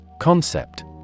Concept